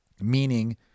Meaning